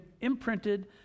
imprinted